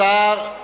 השר,